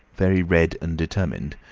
very red and determined,